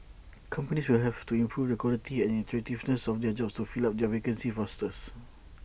companies will have to improve the quality and attractiveness of their jobs to fill up their vacancies fosters